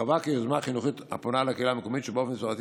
החווה היא יוזמה חינוכית הפונה לקהילה מקומית שבאופן מסורתי